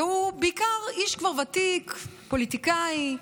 והוא ובעיקר איש כבר ותיק, פוליטיקאי,